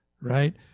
right